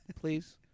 Please